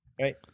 Right